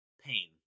Pain